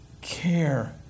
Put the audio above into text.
care